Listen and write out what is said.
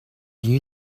you